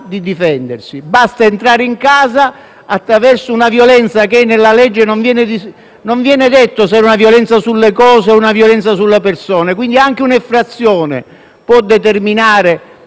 di difendersi. Basta entrare in casa attraverso una violenza; nella legge però non viene detto se è una violenza sulle cose o sulle persone: anche un'effrazione può determinare